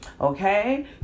Okay